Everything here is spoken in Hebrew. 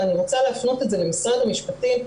ואני רוצה להפנות את זה למשרד המשפטים,